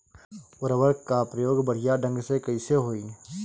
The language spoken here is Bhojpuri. उर्वरक क प्रयोग बढ़िया ढंग से कईसे होई?